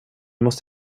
måste